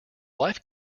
life